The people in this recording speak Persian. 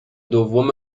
دوم